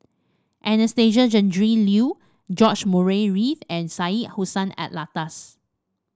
Anastasia Tjendri Liew George Murray Reith and Syed Hussein Alatas